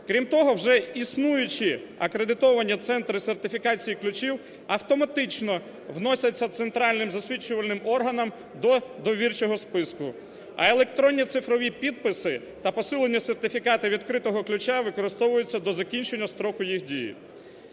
Крім того, вже існуючі акредитовані центри сертифікації ключів автоматично вносяться центральним засвідчувальним органом до довірчого списку, а електронні цифрові підписи та посилені сертифікати відкритого ключа використовуються до закінчення строку їх дії.